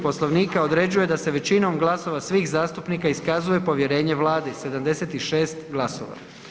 Poslovnika određuje da se većinom glasova svih zastupnika iskazuje povjerenje Vladi, 76 glasova.